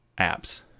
apps